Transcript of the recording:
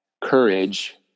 courage